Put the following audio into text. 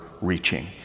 reaching